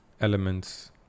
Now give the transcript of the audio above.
elements